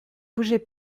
bougez